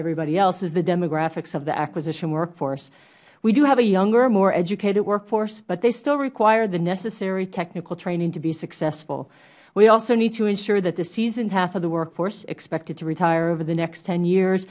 everybody else is the demographics of the acquisition workforce we do have a younger more educated workforce but they still require the necessary technical training to be successful we also need to ensure that the seasoned half of the workforce expected to retire over the next ten years